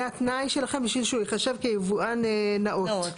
זה התנאי שלכם בשביל שהוא ייחשב כיבואן נאות.